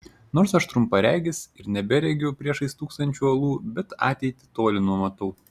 nors aš trumparegis ir neberegiu priešais stūksančių uolų bet ateitį toli numatau